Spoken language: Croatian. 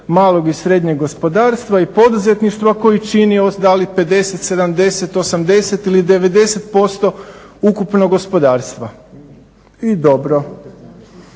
malog i srednjeg gospodarstva i poduzetništva koju čini da li 50, 70, 80 ili 90% ukupnog gospodarstva. I dobro.